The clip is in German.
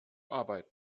arbeiten